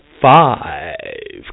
five